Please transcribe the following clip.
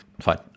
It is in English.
Fine